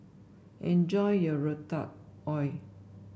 enjoy your Ratatouille